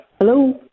Hello